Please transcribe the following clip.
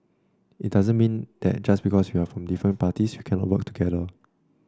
it doesn't mean that just because we're from different parties we cannot work together